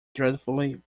dreadfully